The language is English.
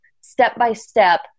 step-by-step